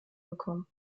bekommen